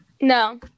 No